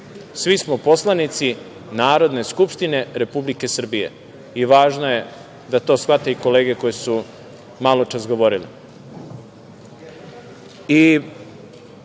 Svi smo poslanici Narodne skupštine Republike Srbije i važno je da to shvate i kolege koje su maločas govorile. Naravno